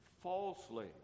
falsely